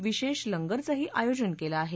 विशेष लंगरचंही आयोजन केलं आहे